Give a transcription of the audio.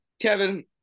Kevin